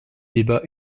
débat